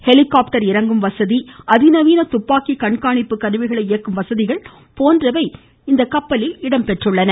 helicopter இறங்கும் வசதி அதிநவீன துப்பாக்கி கண்காணிப்பு கருவிகளை இயக்கும் வசதிகள் போன்றவை இந்த கப்பலில் இடம்பெற்றுள்ளன